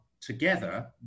together